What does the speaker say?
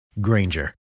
Granger